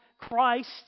Christ